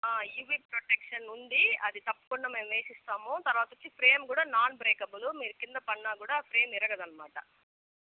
UV protection ఉంది అది తప్పకుండా మేము వేసిస్తాము తరువాత వచ్చి ఫ్రేమ్ కూడా నాన్ బ్రేకబుల్ మీరు కింద పడిన కూడా ఫ్రేమ్ విరగదనమాట